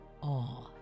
awe